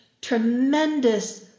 tremendous